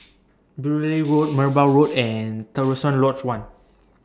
Beaulieu Road Merbau Road and Terusan Lodge one